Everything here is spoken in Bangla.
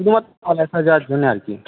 শুধু মাত্র আসা যাওয়ার জন্যে আর কি